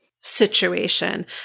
situation